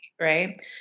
right